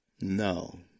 No